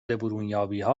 برونیابیها